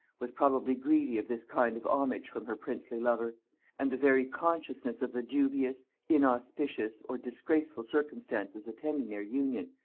was probably greedy of this kind of homage from her princely lover and the very consciousness of the dubious, inauspicious, or disgraceful circumstances attending their union,